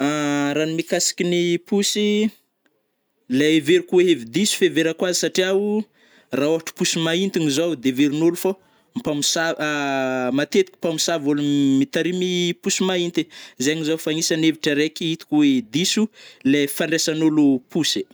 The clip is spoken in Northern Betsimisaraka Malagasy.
Ra ny mikasikyny posy, lai heveriko oe hevidiso fieverako azy satriao ra ôhatra posy maintigny zao de heverign'ôlo fô mpamosa matetiky mpamosavy ôlo mitarimy posy mainty, zegny zao fa agnisany hevitra raiky hitako oe diso le fandraisagn'ôlo posy.